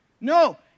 No